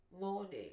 Morning